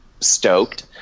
stoked